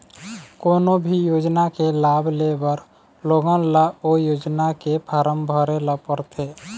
कोनो भी योजना के लाभ लेबर लोगन ल ओ योजना के फारम भरे ल परथे